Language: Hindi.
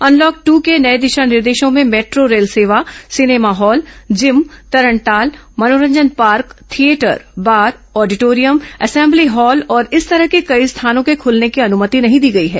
अनलॉक दो के नये दिशा निर्देशों में मेट्रो रेल सेवा सिनेमा हॉल जिम तरणताल मनोरंजन park theatre bar auditorium assembly hall और इस तरह के कई स्थानों के खुलने की अनुमति नहीं दी गई है